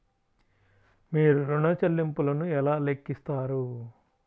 మీరు ఋణ ల్లింపులను ఎలా లెక్కిస్తారు?